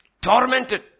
Tormented